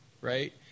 right